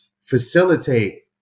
facilitate –